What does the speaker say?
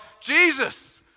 Jesus